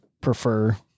prefer